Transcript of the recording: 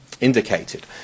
indicated